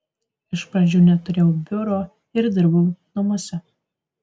iš pradžių neturėjau biuro ir dirbau namuose